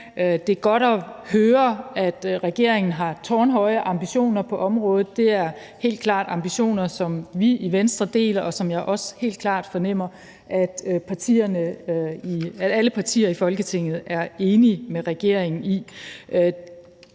Det er godt at høre, at regeringen har tårnhøje ambitioner på området – det er helt klart ambitioner, som vi i Venstre deler, og som jeg også helt klart fornemmer at alle partier i Folketinget er enige med regeringen i.